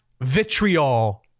vitriol